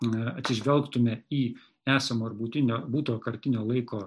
atsižvelgtume į esamo ir būtinio būtojo kartinio laiko